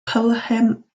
pelham